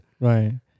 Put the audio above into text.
right